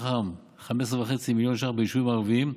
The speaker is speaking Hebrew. מתוכם 15.5 מיליון ש"ח ביישובים ערביים,